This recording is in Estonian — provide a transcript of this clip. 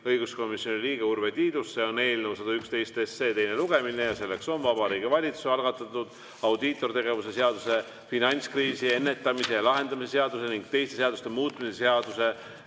õiguskomisjoni liikme Urve Tiiduse. Eelnõu 111 teine lugemine, Vabariigi Valitsuse algatatud audiitortegevuse seaduse, finantskriisi ennetamise ja lahendamise seaduse ning teiste seaduste muutmise seaduse